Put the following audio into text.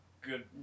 good